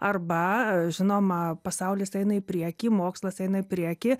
arba žinoma pasaulis eina į priekį mokslas eina į priekį